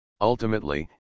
Ultimately